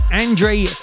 Andre